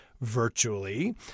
virtually